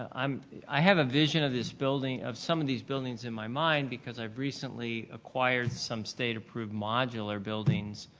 um um i have a vision of this building, of some of these buildings in my mind because i've recently acquired some state-approved modular buildings